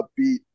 upbeat